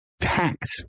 Tax